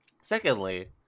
Secondly